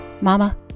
Mama